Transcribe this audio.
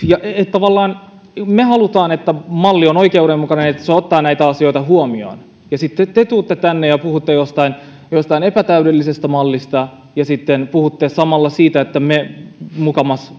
tavallaan me haluamme että malli on oikeudenmukainen että se ottaa näitä asioita huomioon ja sitten te tulette tänne ja puhutte jostain jostain epätäydellisestä mallista ja sitten puhutte samalla siitä että me mukamas